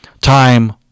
time